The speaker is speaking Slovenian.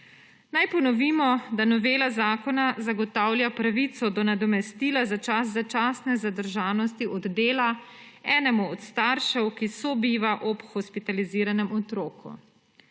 Naj ponovimo, da novela zakona zagotavlja pravico do nadomestila za čas začasne zadržanosti od dela enemu od staršev, ki sobiva ob hospitaliziranem otroku.